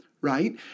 right